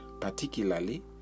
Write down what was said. particularly